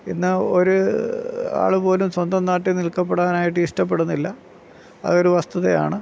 ഇന്ന് ഒര് ആളു പോലും സ്വന്തം നാട്ടിൽ നിൽക്കപ്പെടാനായിട്ട് ഇഷ്ടപ്പെടുന്നില്ല അതൊരു വസ്തുതയാണ്